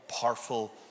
powerful